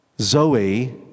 Zoe